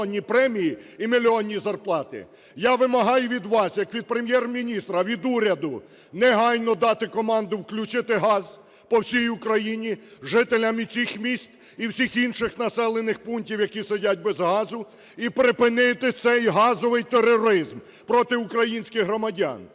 Я вимагаю від вас як від Прем'єр-міністра, від уряду негайно дати команду включити газ по всій Україні, жителям і цих міст, і всіх інших населених пунктів, які сидять без газу, і припинити цей газовий тероризм проти українських громадян.